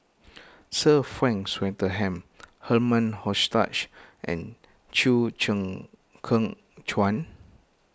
Sir Frank Swettenham Herman Hochstadt and Chew Cheng Kheng Chuan